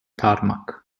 tarmac